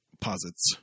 posits